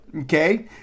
Okay